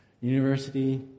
University